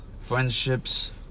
friendships